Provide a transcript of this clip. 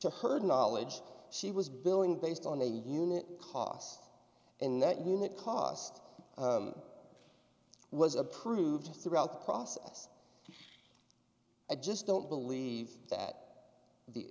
to herd knowledge she was billing based on a unit cost and that unit cost was approved throughout the process i just don't believe that the